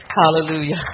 Hallelujah